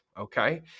okay